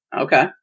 Okay